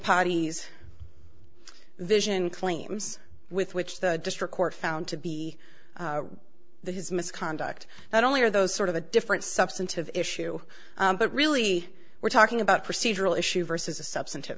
parties vision claims with which the district court found to be his misconduct not only are those sort of a different substantive issue but really we're talking about procedural issues versus a substantive